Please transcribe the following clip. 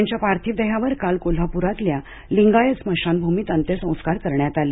त्यांच्या पार्थिव देहावर काल कोल्हाप्रातल्या लिंगायत स्मशानभूमीत अंत्यसंस्कार करण्यात आले